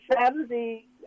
Saturday